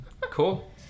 Cool